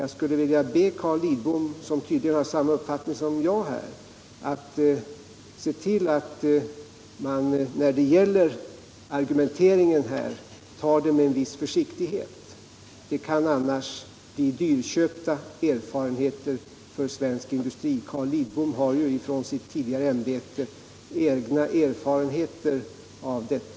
Jag skulle vilja be Carl Lidbom, som på den här punkten tydligen har samma uppfattning som jag, att se till att man tar argumenteringen med en viss försiktighet. Det kan annars bli dyrköpta erfarenheter för svensk industri. Carl Lidbom har ju från sitt tidigare ämbete egna erfarenheter av detta.